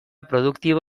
produktibo